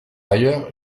ailleurs